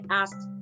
asked